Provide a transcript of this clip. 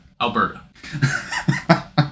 Alberta